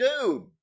dude